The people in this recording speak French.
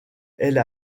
elle